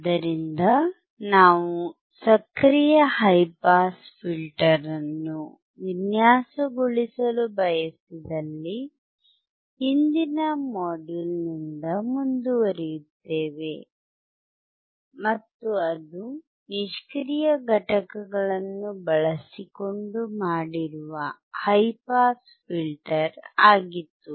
ಆದ್ದರಿಂದ ನಾವು ಸಕ್ರಿಯ ಹೈ ಪಾಸ್ ಫಿಲ್ಟರ್ ಅನ್ನು ವಿನ್ಯಾಸಗೊಳಿಸಲು ಬಯಸಿದಲ್ಲಿ ಹಿಂದಿನ ಮಾಡ್ಯೂಲ್ ನಿಂದ ಮುಂದುವರಿಸುತ್ತೇವೆ ಮತ್ತು ಅದು ನಿಷ್ಕ್ರಿಯ ಘಟಕಗಳನ್ನು ಬಳಸಿಕೊಂಡು ಮಾಡಿರುವ ಹೈ ಪಾಸ್ ಫಿಲ್ಟರ್ ಆಗಿತ್ತು